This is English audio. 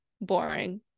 boring